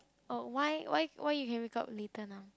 oh why why why you can wake up later now